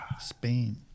Spain